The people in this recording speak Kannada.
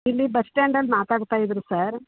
ಇಲ್ಲಿ ಬಸ್ ಸ್ಟ್ಯಾಂಡಲ್ಲಿ ಮಾತಾಡ್ತಾ ಇದ್ದರು ಸರ್